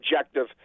objective –